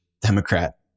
Democrat